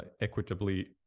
equitably